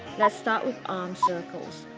let's start with arm circles